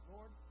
Lord